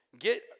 Get